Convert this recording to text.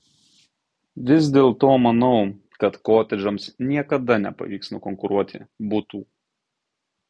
vis dėlto manau kad kotedžams niekada nepavyks nukonkuruoti butų